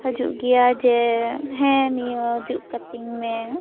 ᱦᱤᱡᱩᱜ ᱜᱮᱭᱟ ᱡᱮ ᱦᱮᱸ ᱱᱤᱭᱟᱹ ᱡᱩᱛ ᱠᱟᱹᱛᱤᱧ ᱢᱮ